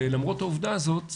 למרות העובדה הזאת,